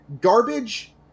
Garbage